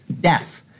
death